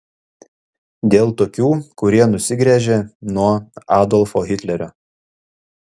dėl tokių kurie nusigręžė nuo adolfo hitlerio